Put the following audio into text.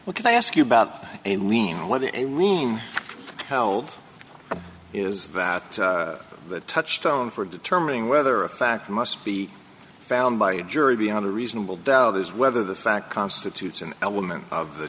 where can i ask you about a lien whether a room held is that the touchstone for determining whether a fact must be found by a jury beyond a reasonable doubt is whether the fact constitutes an element of the